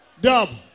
dub